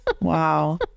Wow